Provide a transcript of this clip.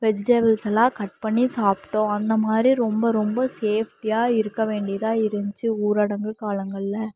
வெஜிடபிள்செல்லாம் cut பண்ணி சாப்பிடோம் அந்தமாதிரி ரொம்ப ரொம்ப சேஃப்டியாக இருக்க வேண்டியதாக இருந்துச்சு ஊரடங்கு காலங்களில்